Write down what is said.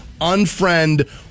unfriend